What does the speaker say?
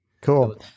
Cool